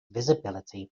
visibility